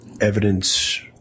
evidence